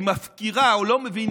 היא מפקירה או לא מבינה